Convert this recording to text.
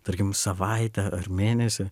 tarkim savaitę ar mėnesį